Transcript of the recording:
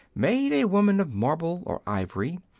made a woman of marble or ivory,